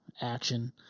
action